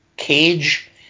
Cage